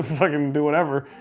fuckin' do whatever.